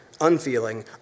unfeeling